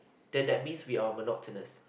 then that means we are monotonous